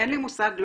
אבל זה בתשלום, כן?